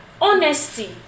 honesty